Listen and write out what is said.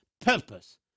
purpose